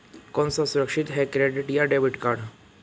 कौन सा सुरक्षित है क्रेडिट या डेबिट कार्ड?